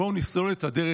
בואו נסלול את הדרך.